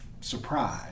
surprise